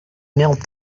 knelt